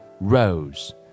rose